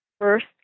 first